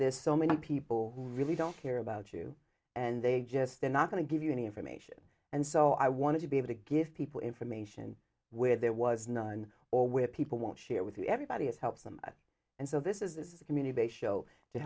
this so many people really don't care about you and they just they're not going to give you any information and so i wanted to be able to give people information where there was none or where people won't share with everybody it helps them and so this is this is a community based show to